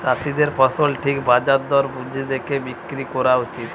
চাষীদের ফসল ঠিক বাজার দর বুঝে দেখে বিক্রি কোরা উচিত